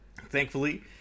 thankfully